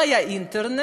לא היה אינטרנט.